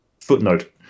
Footnote